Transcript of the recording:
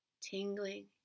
tingling